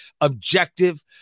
objective